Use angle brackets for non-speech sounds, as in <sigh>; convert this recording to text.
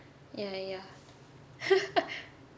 ya ya <laughs>